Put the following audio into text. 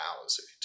hours